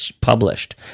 published